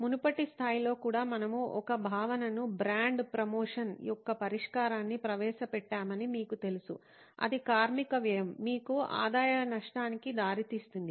మునుపటి స్థాయిలో కూడా మనము ఒక భావనను బ్రాండ్ ప్రమోషన్ యొక్క పరిష్కారాన్ని ప్రవేశపెట్టామని మీకు తెలుసు అది కార్మిక వ్యయం మీకు ఆదాయ నష్టానికి దారితీసింది